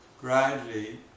gradually